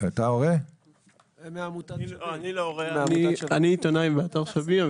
אני עיתונאי מאתר 'שווים'.